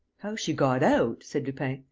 how she got out? said lupin.